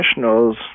professionals